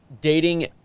dating